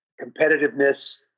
competitiveness